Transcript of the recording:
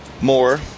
more